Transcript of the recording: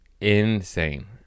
insane